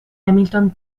hamilton